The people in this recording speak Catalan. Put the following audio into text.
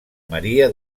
maria